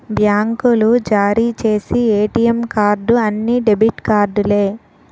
బ్యాంకులు జారీ చేసి ఏటీఎం కార్డు అన్ని డెబిట్ కార్డులే